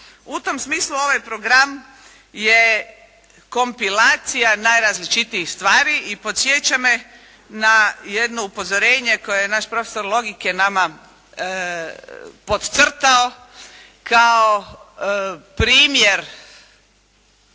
U tom smislu ovaj program je kompilacija najrazličitijih stvari i podsjeća me na jedno upozorenje koje je naš profesor logike nama podcrtao kao primjer